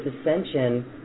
ascension